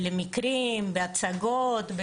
למקרים והצגות,